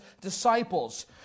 disciples